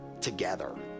together